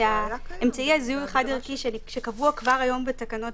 שאמצעי הזיהוי החד ערכי שקבוע כבר היום בתקנות